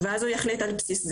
ואז הוא יחליט על בסיס זה.